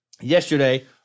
Yesterday